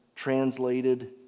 Translated